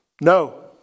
no